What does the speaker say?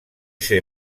ser